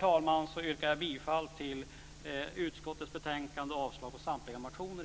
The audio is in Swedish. talman! Med det yrkar jag bifall till hemställan i utskottets betänkande och avslag på samtliga motioner.